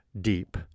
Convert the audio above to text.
deep